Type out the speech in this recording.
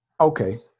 Okay